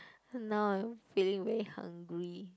now I feeling very hungry